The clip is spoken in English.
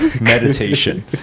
meditation